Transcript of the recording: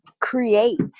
create